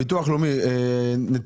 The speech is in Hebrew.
ביטוח לאומי נתונים.